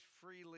freely